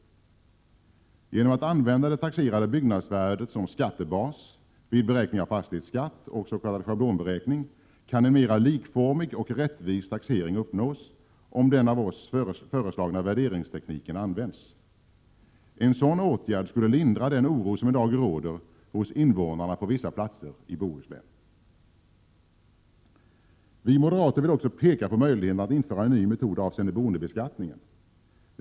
Genom att använda det taxerade byggnadsvärdet som skattebas vid beräkning av fastighetsskatt och s.k. schablonberäkning kan en mera likformig och rättvis taxering uppnås, om den av oss föreslagna värderingstekniken tillämpas. En sådan åtgärd skulle lindra den oro som i dag råder bland invånarna på vissa platser i Bohuslän. Vi moderater vill också peka på möjligheten att införa en ny metod avseende boendebeskattningen.